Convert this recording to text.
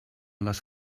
les